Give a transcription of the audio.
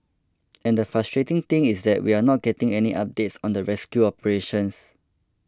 and the frustrating thing is that we are not getting any updates on the rescue operations